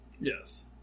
Yes